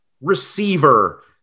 receiver